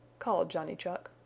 called johnny chuck.